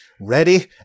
Ready